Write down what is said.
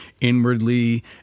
inwardly